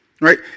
Right